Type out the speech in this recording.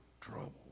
trouble